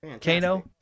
Kano